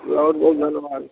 बहुत बहुत धन्यवाद